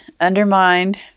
undermined